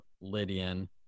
lydian